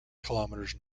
kilometers